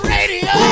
Radio